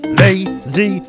lazy